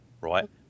right